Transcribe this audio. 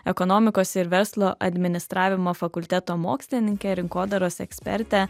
ekonomikos ir verslo administravimo fakulteto mokslininkė rinkodaros eksperte